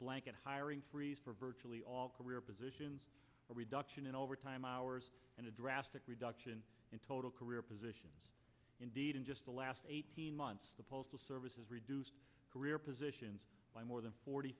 blanket hiring freeze for virtually all career positions a reduction in overtime hours and a drastic reduction in total career positions indeed in just the last eighteen months the postal service has reduced career positions by more than forty